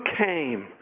came